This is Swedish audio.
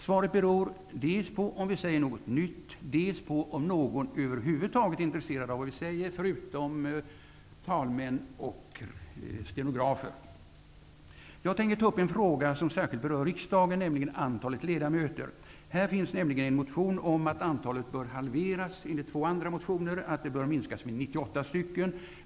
Svaret beror dels på om vi säger något nytt, dels på om någon över huvud taget är intresserad av vad vi säger, förutom talmän och stenografer. Jag tänker ta upp en fråga som särskilt berör riksdagen, nämligen antalet ledamöter. Här finns nämligen en motion om att antalet bör halveras, och enligt två andra motioner att det bör minskas med 98.